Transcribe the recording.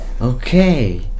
Okay